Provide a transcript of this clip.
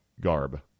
garb